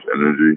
energy